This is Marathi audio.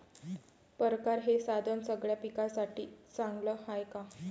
परकारं हे साधन सगळ्या पिकासाठी चांगलं हाये का?